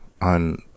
on